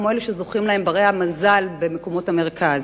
כמו שזוכים להם בני המזל במקומות המרכז.